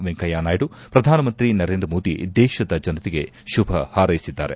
ವೆಂಕಯ್ಕನಾಯ್ಡು ಪ್ರಧಾನಮಂತ್ರಿ ನರೇಂದ್ರ ಮೋದಿ ದೇಶದ ಜನತೆಗೆ ಶುಭ ಹಾರ್ೈಸಿದ್ದಾರೆ